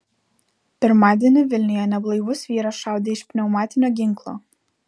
pirmadienį vilniuje neblaivus vyras šaudė iš pneumatinio ginklo